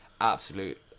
Absolute